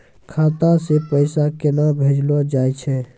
खाता से पैसा केना भेजलो जाय छै?